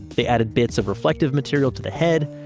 they added bits of reflective material to the head,